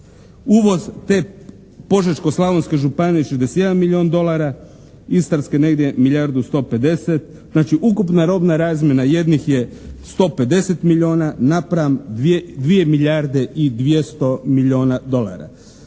Uvoz te Požeško-slavonske županije je 61 milijun dolara, Istarske negdje milijardu 150, znači ukupna robna razmjena jednih je 150 milijuna napram 2 milijarde